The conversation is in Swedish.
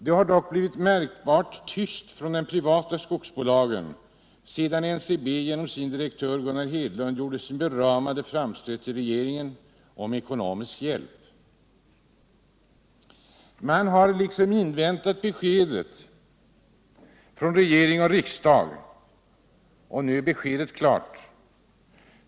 Det blev dock märkbart tyst från de privata skogsbolagen sedan NCB genom sin direktör Gunnar Hedlund gjorde sin beramade framstöt till regeringen om ekonomisk hjälp. Man har liksom inväntat beskedet från regering och riksdag. Nu är beskedet klart.